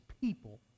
people